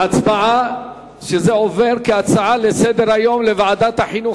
שזה עובר כהצעה לסדר-היום לוועדת החינוך,